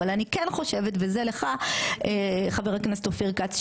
אבל אני כן חושבת וזה לך חבר הכנסת אופיר כץ,